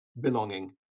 belonging